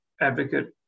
advocate